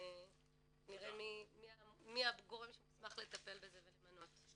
ונראה מי הגורם שמוסמך לטפל בזה ולמנות.